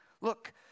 Look